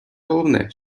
головне